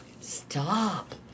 Stop